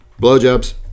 Blowjobs